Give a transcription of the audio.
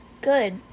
good